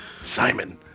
Simon